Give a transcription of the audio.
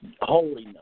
Holiness